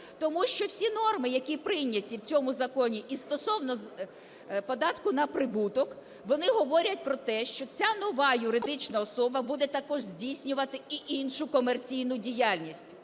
тому що всі норми, які прийняті в цьому законі стосовно податку на прибуток, вони говорять про те, що ця нова юридична особа буде також здійснювати і іншу комерційну діяльність.